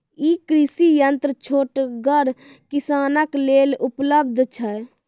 ई कृषि यंत्र छोटगर किसानक लेल उपलव्ध छै?